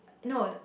no